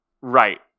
Right